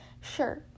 Sure